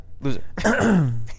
Loser